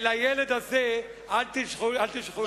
אל הילד הזה אל תשלחו את היד.